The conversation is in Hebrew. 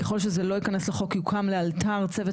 ככל שזה לא ייכנס לחוק יוקם לאלתר צוות